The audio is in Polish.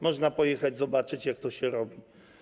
Można pojechać, zobaczyć, jak to się robi.